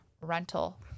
rental